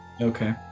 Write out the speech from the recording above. Okay